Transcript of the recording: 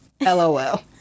LOL